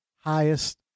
highest